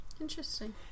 interesting